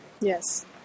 Yes